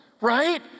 right